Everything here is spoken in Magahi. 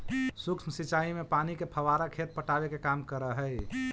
सूक्ष्म सिंचाई में पानी के फव्वारा खेत पटावे के काम करऽ हइ